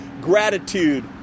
gratitude